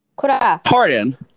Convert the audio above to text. Pardon